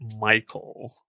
Michael